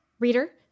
Reader